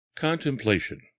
Contemplation